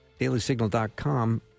dailysignal.com